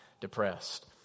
depressed